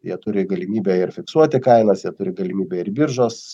jie turi galimybę ir fiksuoti kainas jie turi galimybę ir biržos